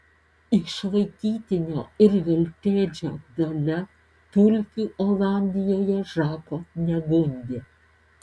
išlaikytinio ir veltėdžio dalia tulpių olandijoje žako negundė